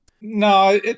No